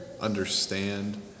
understand